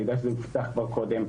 אני יודע שזה הובטח כבר קודם.